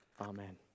Amen